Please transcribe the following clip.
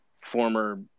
former